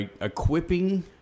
equipping